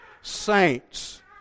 saints